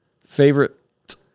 Favorite